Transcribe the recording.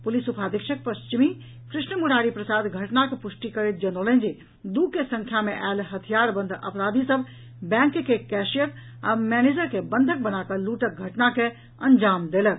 police उपाधीक्षक पश्चिमी कृष्ण मुरारी प्रसाद घटनाक पुष्टि करैत जनौलनि जे दू के संख्या मे आयल हथियार बंद अपराधी सभ बैंक के कैशियर आ मनेजर के बंधक बना कऽ लूटक घटना के अंजाम देलक